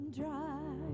dry